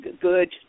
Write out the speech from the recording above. good